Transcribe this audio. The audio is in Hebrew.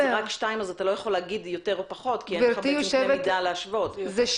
גברתי היושבת-ראש,